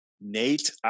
Nate